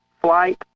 flight